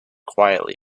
quietly